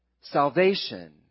Salvation